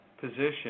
position